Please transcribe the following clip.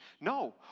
No